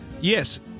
Yes